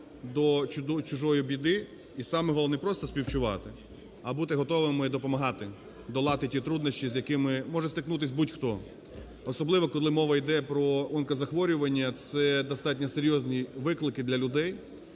до чужої біди. І саме головне не просто співчувати, а бути готовими допомагати, долати ті труднощі, з якими може стикнутись будь-хто, особливо коли мова йде про онкозахворювання, це достатньо серйозні виклики для людей.